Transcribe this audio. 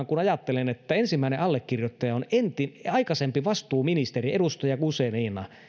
kun ajattelen että ensimmäinen allekirjoittaja on aikaisempi vastuuministeri edustaja guzenina niin